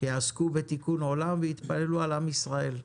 שיעסקו בתיקון עולם, ויתפללו על עם ישראל.